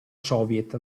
soviet